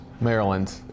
Maryland